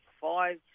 five